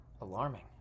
alarming